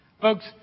Folks